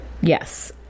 Yes